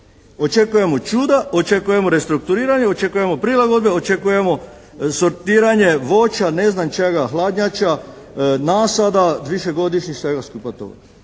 Očekujemo čuda, očekujemo restrukturiranje, očekujemo prilagodbe, očekujemo sortiranje voća, ne znam čega, hladnjača, nasada višegodišnjih, svega skupa toga.